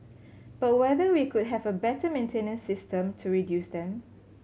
but whether we could have a better maintenance system to reduce them